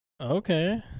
Okay